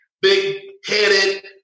big-headed